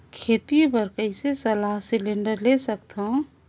खेती बर कइसे सलाह सिलेंडर सकथन?